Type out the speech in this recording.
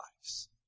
lives